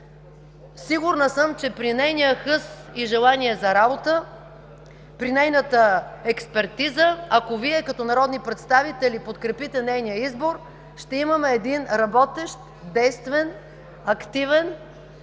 Сигурна съм, че при нейния хъс и желание за работа, при нейната експертиза, ако Вие като народни представители подкрепите нейния избор, ще имаме един работещ, действен, активен,